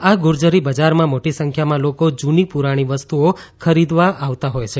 આ ગુજરી બજારમાં મોટી સંખ્યામાં લોકો જૂની પુરાણી વસ્તુઓ ખરીદવા આવતા હોય છે